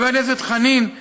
חבר הכנסת חנין,